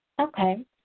Okay